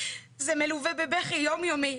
זה מלווה בבכי יום-יומי,